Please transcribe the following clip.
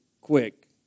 quick